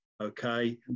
Okay